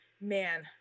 man